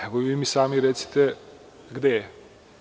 Evo, vi mi sami recite gde je.